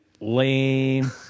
Lame